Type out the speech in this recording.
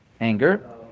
Anger